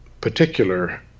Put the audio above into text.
particular